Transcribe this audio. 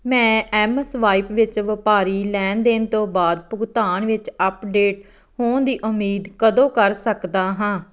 ਮੈਂ ਐੱਮਸਵਾਇਪ ਵਿੱਚ ਵਪਾਰੀ ਲੈਣ ਦੇਣ ਤੋਂ ਬਾਅਦ ਭੁਗਤਾਨ ਵਿੱਚ ਅੱਪਡੇਟ ਹੋਣ ਦੀ ਉਮੀਦ ਕਦੋਂ ਕਰ ਸਕਦਾ ਹਾਂ